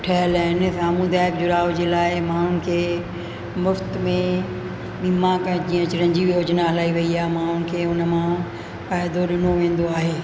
ठहियलु आहिनि सामुदाय जुड़ाव जे लाइ माण्हुनि खे मुफ़्त में दिमाग़ जीअं चीरनजीव योजनाऊं हलाई वई आ्हे माण्हुनि खे उन मां फ़ाइदो ॾिनो वेंदो आहे